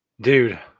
Dude